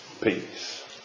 peace